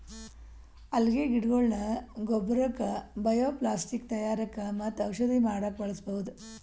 ಅಲ್ಗೆ ಗಿಡಗೊಳ್ನ ಗೊಬ್ಬರಕ್ಕ್ ಬಯೊಪ್ಲಾಸ್ಟಿಕ್ ತಯಾರಕ್ಕ್ ಮತ್ತ್ ಔಷಧಿ ಮಾಡಕ್ಕ್ ಬಳಸ್ಬಹುದ್